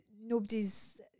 nobody's